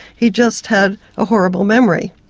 he just had a horrible memory.